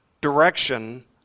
direction